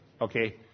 Okay